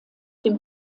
dem